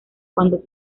cuando